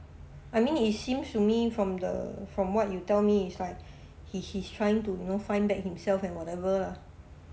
I mean it seems to me from the from what you tell me is like he he's trying to you know find back himself and whatever ah